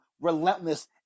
relentless